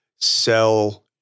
sell